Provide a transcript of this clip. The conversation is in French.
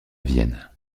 vienne